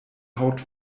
haut